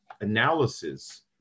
analysis